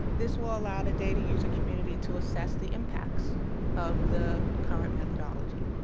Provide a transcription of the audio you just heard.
this will allow the data user community to assess the impacts of the current methodology.